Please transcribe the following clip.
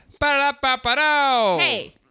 Hey